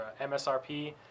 msrp